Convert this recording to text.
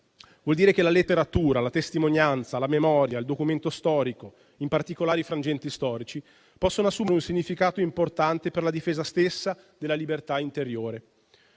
Vuol dire che la letteratura, la testimonianza, la memoria, il documento storico, in particolare i frangenti storici possono assumere un significato importante per la difesa stessa della libertà interiore.